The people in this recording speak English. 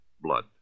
blood